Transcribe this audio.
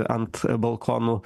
ant balkonų